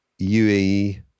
UAE